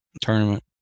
tournament